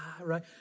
right